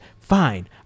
fine